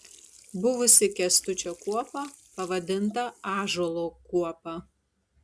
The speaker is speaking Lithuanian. buvusi kęstučio kuopa pavadinta ąžuolo kuopa